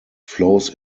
flows